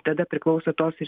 tada priklauso tos ir